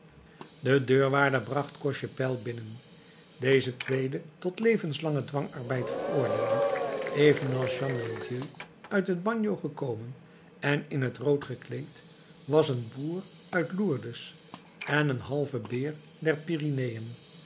de deurwaarder bracht cochepaille binnen deze tweede tot levenslangen dwangarbeid veroordeelde evenals chenildieu uit het bagno gekomen en in t rood gekleed was een boer uit lourdes en een halve beer der pyreneën